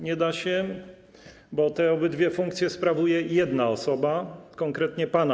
Nie da się, bo obydwie funkcje sprawuje jedna osoba, konkretnie pan.